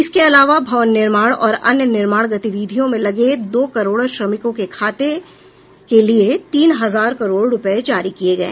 इसके अलावा भवन निर्माण और अन्य निर्माण गतिविधियों में लगे दो करोड़ श्रमिकों के खातों के लिए तीन हजार करोड़ रुपये जारी किए गए